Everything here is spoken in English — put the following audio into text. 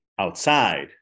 outside